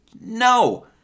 No